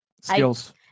skills